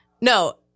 No